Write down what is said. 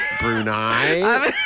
Brunei